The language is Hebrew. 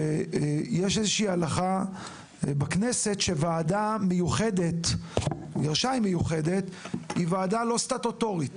שיש איזושהי הלכה בכנסת שוועדה "מיוחדת" היא וועדה לא סטטוטורית.